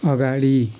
अगाडि